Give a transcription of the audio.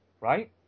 right